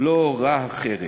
הורה אחרת.